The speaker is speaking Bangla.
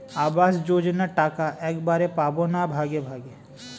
আবাস যোজনা টাকা একবারে পাব না ভাগে ভাগে?